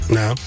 no